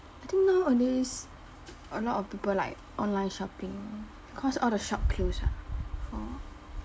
I think nowadays a lot of people like online shopping cause all the shop close ah hor